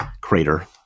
crater